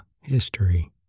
History